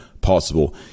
possible